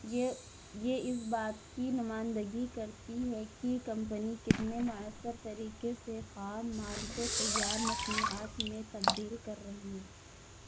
یہ یہ اس بات کی نمائندگی کرتی ہے کہ کمپنی کتنے مؤثر طریقے سے خام مال کو تیار مصنوعات میں تبدیل کر رہی ہے